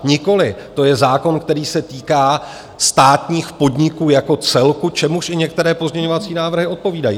Nikoliv, to je zákon, který se týká státních podniků jako celku, čemuž i některé pozměňovací návrhy odpovídají.